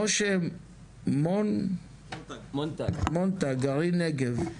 משה מונטג גרעין נגב.